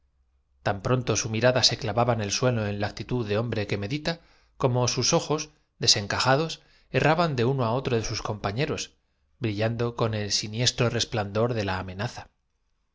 tan pronto su mirada se clavaba en el suelo en la actitud del hom bre que medita como sus ojos desencajados erraban de uno á otro de sus compañeros brillando con el si niestro resplandor de la amenaza